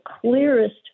clearest